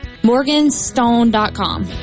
morganstone.com